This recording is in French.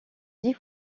dix